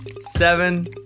seven